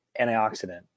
antioxidant